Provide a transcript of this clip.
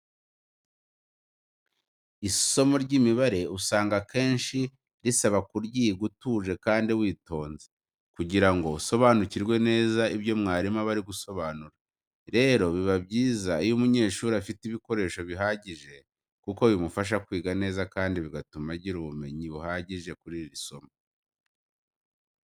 Isomo ry'imibare usanga akenshi riba risaba kuryiga utuje kandi witonze kugira ngo usobanukirwe neza ibyo mwarimu aba ari gusobanura. Rero biba byiza iyo umunyeshuri afite ibikoresho bihagije kuko bimufasha kwiga neza kandi bigatuma agira ubumenyi buhagije kuri iri somo.